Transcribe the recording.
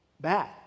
bad